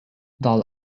doll